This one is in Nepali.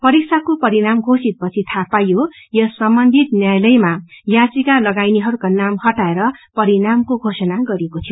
परीक्षको परिणाम घोषित पछि थाहा पाइयो यस सम्बन्धित न्यायालयमा लगाइनेहरूको नाँउ हटाएर परिणामको घोषित गरिएको थियो